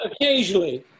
Occasionally